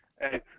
Hey